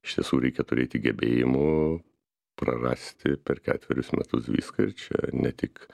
iš tiesų reikia turėti gebėjimų prarasti per ketverius metus viską ir čia ne tik